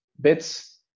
bits